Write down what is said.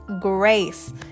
grace